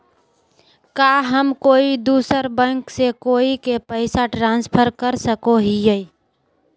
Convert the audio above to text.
का हम कोई दूसर बैंक से कोई के पैसे ट्रांसफर कर सको हियै?